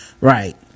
right